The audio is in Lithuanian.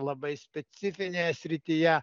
labai specifinėje srityje